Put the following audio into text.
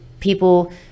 People